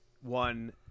one